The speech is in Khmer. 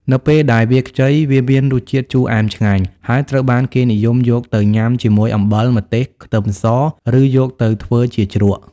នៅពេលដែលវាខ្ចី វាមានរសជាតិជូរអែមឆ្ងាញ់ ហើយត្រូវបានគេនិយមយកទៅញ៉ាំជាមួយអំបិល ម្ទេស ខ្ទឹមស ឬយកទៅធ្វើជាជ្រក់។